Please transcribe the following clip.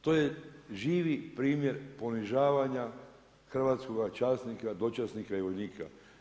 To je živi primjer ponižavanja hrvatskoga časnika, dočasnika i vojnika.